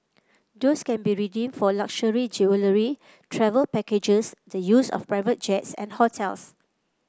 those can be redeemed for luxury jewellery travel packages the use of private jets and hotels